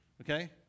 Okay